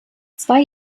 zwei